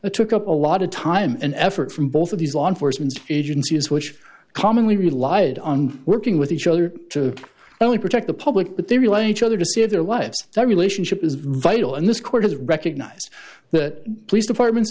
a took up a lot of time and effort from both of these law enforcement agencies which commonly relied on working with each other to only protect the public but they relate to other to save their lives relationship is vital and this court has recognized that police departments